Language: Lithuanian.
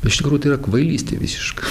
iš tikrųjų tai yra kvailystė visiška